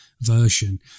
version